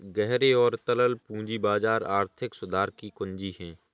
गहरे और तरल पूंजी बाजार आर्थिक सुधार की कुंजी हैं,